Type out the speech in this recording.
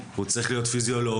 הוא צריך להיות פיזיולוג,